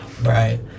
right